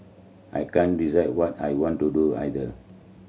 I can't decide what I want to do either